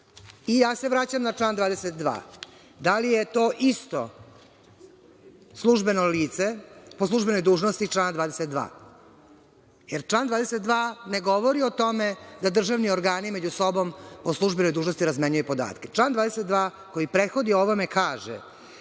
se na član 22. Da li je to isto službeno lice po službenoj dužnosti iz člana 22? Član 22. ne govori o tome da državni organi među sobom po službenoj dužnosti razmenjuje podatke. Član 22. kaže da postupak